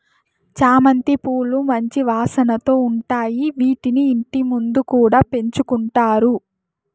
చామంతి పూలు మంచి వాసనతో ఉంటాయి, వీటిని ఇంటి ముందు కూడా పెంచుకుంటారు